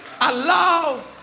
Allow